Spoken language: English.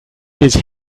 his